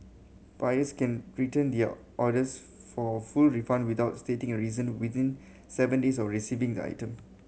buyers can return their orders for a full refund without stating a reason within seven days of receiving the item